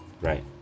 Right